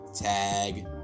Tag